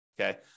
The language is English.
Okay